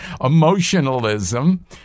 emotionalism